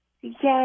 Yes